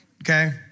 Okay